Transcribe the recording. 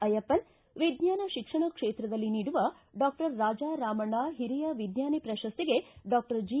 ಅಯ್ಕಪ್ಪನ್ ವಿಜ್ಞಾನ ಶಿಕ್ಷಣ ಕ್ಷೇತ್ರದಲ್ಲಿ ನೀಡುವ ಡಾಕ್ಟರ್ ರಾಜಾ ರಾಮಣ್ಣ ಹಿರಿಯ ವಿಜ್ಞಾನಿ ಪ್ರಶಸ್ತಿಗೆ ಡಾಕ್ಟರ್ ಜಿ